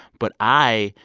but i,